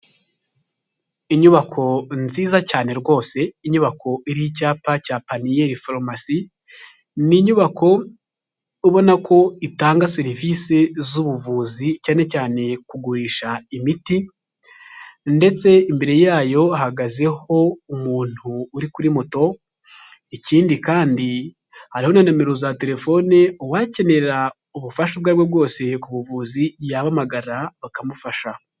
Inyubako nziza cyane rwose inyubako iriho icyapa cya paniyeri farumasi, ni inyubako ubona ko itanga serivisi z'ubuvuzi cyane cyane kugurisha imiti ndetse imbere yayo bahagazeho umuntu uri kuri moto ikindi kandi hari na numero za telefoni, uwakenera ubufasha ubwo ari bwo bwose ku buvuzi yahamagara bakamufasha.